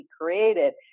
created